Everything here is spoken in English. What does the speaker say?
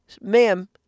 ma'am